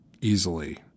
easily